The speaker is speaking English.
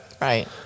Right